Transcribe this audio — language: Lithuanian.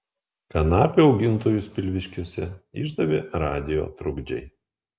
kanapių augintojus pilviškiuose išdavė radijo trukdžiai